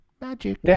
Magic